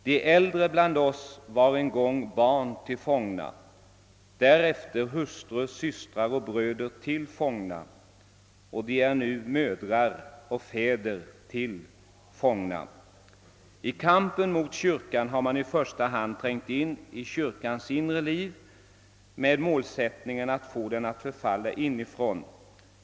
De äldre bland oss var en gång barn till fångna, därefter hustrur, systrar och bröder till fångna, och de är nu mödrar och fäder till fångna. I kampen mot kyrkan har man i första hand trängt in i kyrkans inre liv, med målsättning att få den att förfalla inifrån.